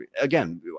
again